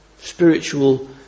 spiritual